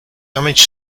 damage